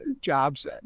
jobs